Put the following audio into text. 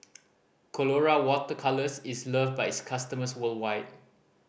Colora Water Colours is loved by its customers worldwide